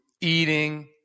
eating